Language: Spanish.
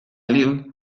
lille